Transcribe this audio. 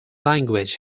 language